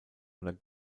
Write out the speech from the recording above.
oder